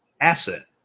asset